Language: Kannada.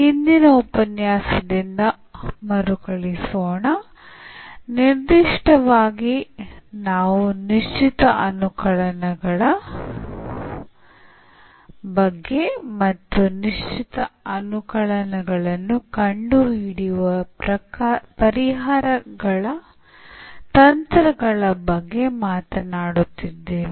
ಹಿಂದಿನ ಉಪನ್ಯಾಸದಿಂದ ಮರುಕಳಿಸೋಣ ನಿರ್ದಿಷ್ಟವಾಗಿ ನಾವು ನಿಶ್ಚಿತ ಅನುಕಲನಗಳ ಬಗ್ಗೆ ಮತ್ತು ನಿಶ್ಚಿತ ಅನುಕಲನಗಳನ್ನು ಕಂಡುಹಿಡಿಯುವ ಪರಿಹಾರ ತಂತ್ರಗಳ ಬಗ್ಗೆ ಮಾತನಾಡುತ್ತಿದ್ದೇವೆ